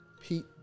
Pete